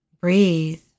Breathe